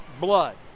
blood